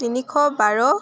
তিনিশ বাৰ